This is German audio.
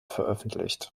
veröffentlicht